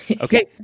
Okay